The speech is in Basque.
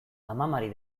amamari